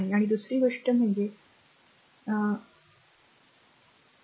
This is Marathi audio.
आणि दुसरी गोष्ट म्हणजे ओथिया म्हणजे 8